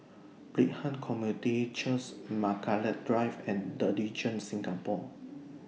Brighton Community Church's Margaret Drive and The Regent Singapore